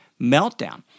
meltdown